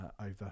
over